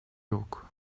yok